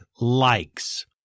likes